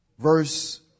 Verse